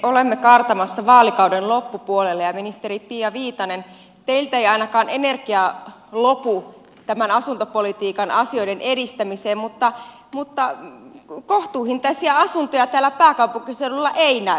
olemme kaartamassa vaalikauden loppupuolelle ja ministeri pia viitanen teiltä ei ainakaan energia lopu tämän asuntopolitiikan asioiden edistämiseen mutta kohtuuhintaisia asuntoja täällä pääkaupunkiseudulla ei näy